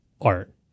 art